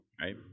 right